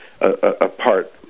apart